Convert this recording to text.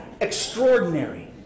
extraordinary